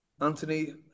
Anthony